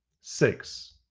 Six